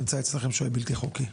נמצא אצלכם שוהה בלתי חוקי?